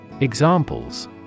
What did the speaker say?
Examples